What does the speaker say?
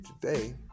today